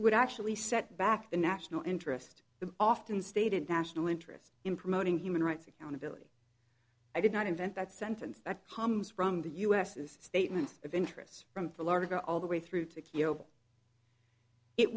would actually set back the national interest the often stated national interest in promoting human rights accountability i did not invent that sentence that comes from the us is statements of interest from florida all the way through to kiyo it